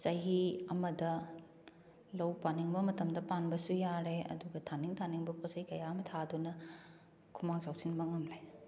ꯆꯍꯤ ꯑꯃꯗ ꯂꯧ ꯄꯥꯟꯅꯤꯡꯕ ꯃꯇꯝꯗ ꯄꯥꯟꯕꯁꯨ ꯌꯥꯔꯦ ꯑꯗꯨꯒ ꯊꯥꯅꯤꯡ ꯊꯥꯅꯤꯡꯕ ꯄꯣꯠꯆꯩ ꯀꯌꯥ ꯑꯃ ꯊꯥꯗꯨꯅ ꯈꯨꯃꯥꯡ ꯆꯥꯎꯁꯤꯟꯕ ꯉꯝꯂꯦ